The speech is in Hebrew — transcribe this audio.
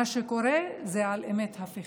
מה שקורה זה על אמת הפיכה.